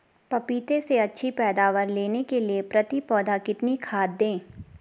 पपीते से अच्छी पैदावार लेने के लिए प्रति पौधा कितनी खाद दें?